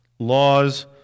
laws